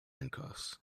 handcuffs